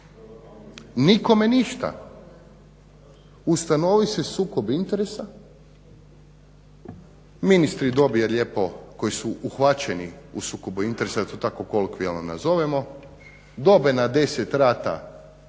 nikome ništa. Ustanovi se sukob interesa, ministri dobije lijepo koji su uhvaćeni u sukobu interesa da to tako kolokvijalno nazovemo dobe na 10 rata